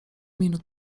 minut